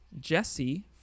jesse